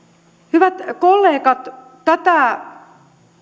hyvät kollegat tätä